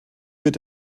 wird